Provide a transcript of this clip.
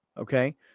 okay